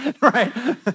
Right